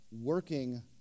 working